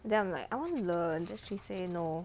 then I'm like I want to learn then she say no